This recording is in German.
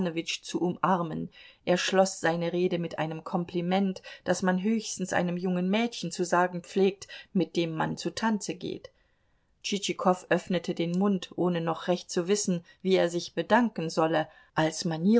zu umarmen er schloß seine rede mit einem kompliment das man höchstens einem jungen mädchen zu sagen pflegt mit dem man zu tanze geht tschitschikow öffnete den mund ohne noch recht zu wissen wie er sich bedanken solle als